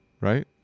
Right